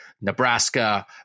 Nebraska